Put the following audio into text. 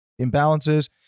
imbalances